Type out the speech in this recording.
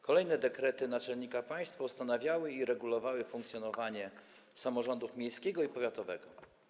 Kolejne dekrety naczelnika państwa ustanawiały i regulowały funkcjonowanie samorządów miejskiego i powiatowego.